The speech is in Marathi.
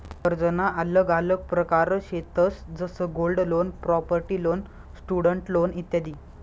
कर्जना आल्लग आल्लग प्रकार शेतंस जसं gold loan, property loan, student loan इत्यादी